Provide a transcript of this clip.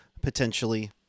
potentially